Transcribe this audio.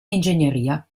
ingegneria